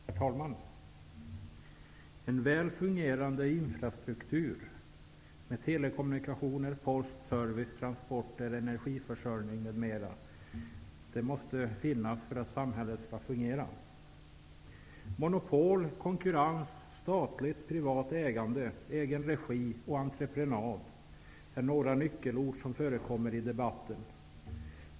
Herr talman! En väl fungerande infrastruktur med telekommunikationer, post, service, transporter, energiförsörjning m.m. måste finnas för att samhället skall fungera. Monopol, konkurrens, statligt och privat ägande, egen regi och entreprenad är några nyckelord som förekommer i debatten.